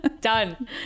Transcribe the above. done